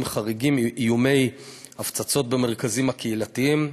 חריגים: איומי הפצצות במרכזים הקהילתיים,